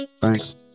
Thanks